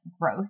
growth